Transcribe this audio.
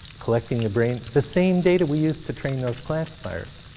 collecting the brain the same data we use to train those classifiers.